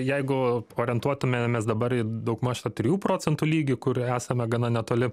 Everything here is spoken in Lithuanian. jeigu orientuotumėmės dabar į daugmaž tą trijų procentų lygį kur esame gana netoli